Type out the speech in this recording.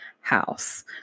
house